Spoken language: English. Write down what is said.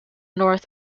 north